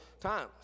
times